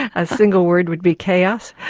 a single word would be chaos.